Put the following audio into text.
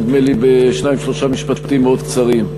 בשניים-שלושה משפטים מאוד קצרים: